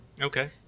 Okay